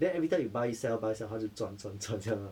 then everytime you buy sell buy sell 他就赚赚赚这样啊